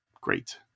great